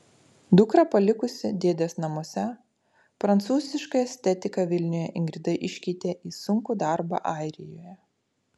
dukrą palikusi dėdės namuose prancūzišką estetiką vilniuje ingrida iškeitė į sunkų darbą airijoje